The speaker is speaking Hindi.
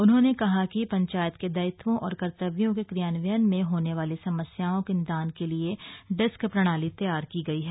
उन्होंने कहा कि पंचायत के दायित्वों और कर्तव्यों के क्रियान्वयन में होने वाली समस्याओं के निदान के लिए डेस्क प्रणाली तैयार की गई है